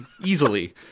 Easily